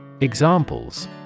Examples